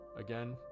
again